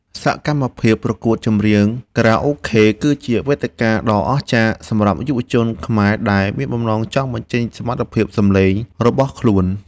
សកម្មភាពប្រកួតចម្រៀងចខារ៉ាអូខេគឺជាវេទិកាដ៏អស្ចារ្យសម្រាប់យុវជនខ្មែរដែលមានបំណងចង់បញ្ចេញសមត្ថភាពសម្លេងរបស់ខ្លួន។